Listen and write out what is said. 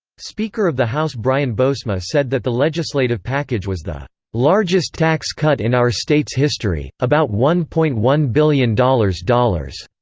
speaker of the house brian bosma said that the legislative package was the largest tax cut in our state's history, about one point one billion dollars dollars.